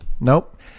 nope